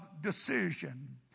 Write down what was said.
decision